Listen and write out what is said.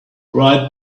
right